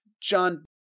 John